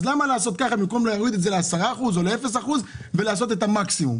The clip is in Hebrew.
אז למה לעשות ככה במקום להוריד את זה ל-10% או ל-0% ולעשות את המקסימום?